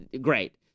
great